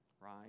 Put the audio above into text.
right